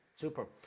Super